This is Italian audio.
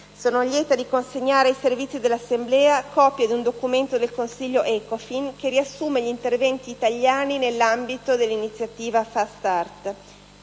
sono lieta di consegnare ai servizi dell'Assemblea copia di un documento del Consiglio ECOFIN che riassume gli interventi italiani nell'ambito dell'iniziativa "*Fast Start*".